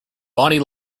bonnie